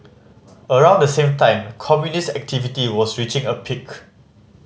around the same time communist activity was reaching a peak